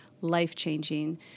life-changing